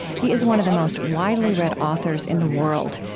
he is one of the most widely read authors in the world,